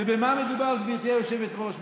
במה מדובר, גברתי היושבת-ראש?